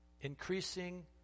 increasing